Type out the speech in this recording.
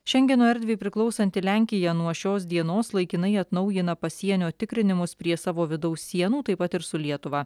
šengeno erdvei priklausanti lenkija nuo šios dienos laikinai atnaujina pasienio tikrinimus prie savo vidaus sienų taip pat ir su lietuva